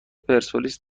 پرسپولیس